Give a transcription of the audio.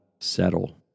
settle